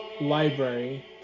Library